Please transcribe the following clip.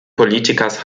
politikers